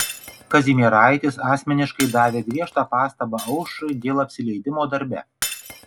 kazimieraitis asmeniškai davė griežtą pastabą aušrai dėl apsileidimo darbe